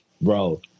bro